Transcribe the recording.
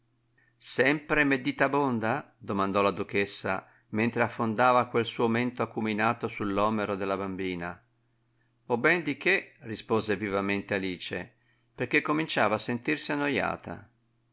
sempre meditabonda domandò la duchessa mentre affondava quel suo mento acuminato sull'omero della bambina ho ben di che rispose vivamente alice perchè cominciava a sentirsi annoiata